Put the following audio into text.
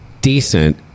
decent